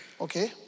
okay